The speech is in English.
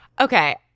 Okay